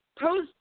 pose